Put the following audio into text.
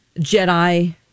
jedi